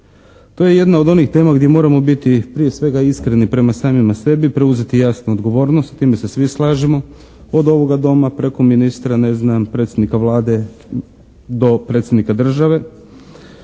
To je jedno od onih tema gdje moramo biti prije svega iskreni prema samima sebi, preuzeti jasno odgovornost, s time se svi slažemo od ovoga Doma preko ministra ne znam predsjednika Vlade do predsjednika države.